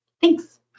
Thanks